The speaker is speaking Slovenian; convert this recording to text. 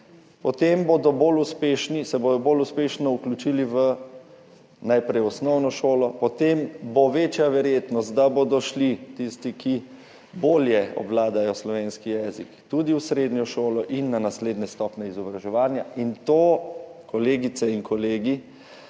se bodo bolj uspešno vključili najprej v osnovno šolo, potem bo večja verjetnost, da bodo šli tisti, ki bolje obvladajo slovenski jezik, tudi v srednjo šolo in na naslednje stopnje izobraževanja. To, kolegice in kolegi,